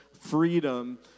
freedom